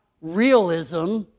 realism